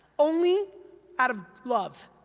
only out of love,